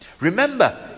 Remember